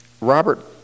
Robert